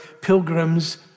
pilgrims